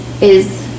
is-